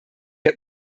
der